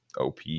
OP